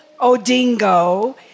Odingo